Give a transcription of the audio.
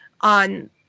on